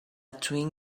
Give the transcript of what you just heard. twin